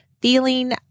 feeling